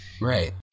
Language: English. Right